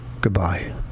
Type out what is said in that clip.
Goodbye